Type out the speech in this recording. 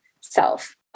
self